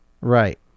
Right